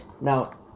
now